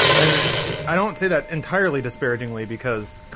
and i don't say that entirely disparagingly because